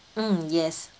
mm yes